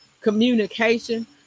communication